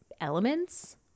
elements